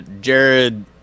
Jared